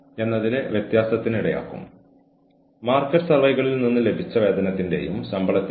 അതായത് ഒരേ തരത്തിലുള്ള സ്വഭാവസവിശേഷതകളുള്ള ജോലികൾ ഒരു വിഭാഗത്തിൽ ഉൾപ്പെടുത്താം